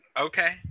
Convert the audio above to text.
okay